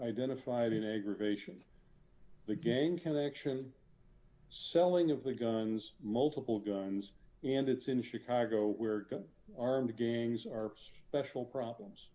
identified in aggravation the game connection selling of the guns multiple guns and it's in chicago where armed gangs are special problems